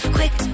Quick